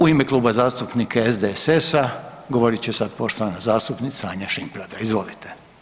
U ime Kluba zastupnika SDSS-a govorit će sad poštovana zastupnica Anja Šimpraga, izvolite.